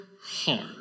heart